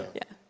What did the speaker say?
yeah.